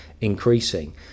increasing